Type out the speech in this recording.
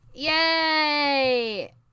Yay